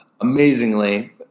amazingly